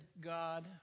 God